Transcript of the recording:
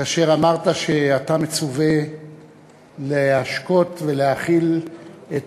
כאשר אמרת שאתה מצווה להשקות ולהאכיל את